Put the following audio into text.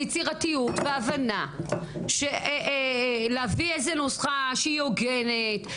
יצירתיות והבנה להביא איזו נוסחה שהיא הוגנת,